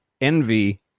envy